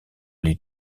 les